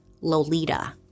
Lolita